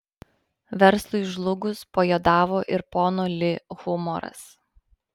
verslui žlugus pajuodavo ir pono li humoras